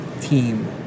team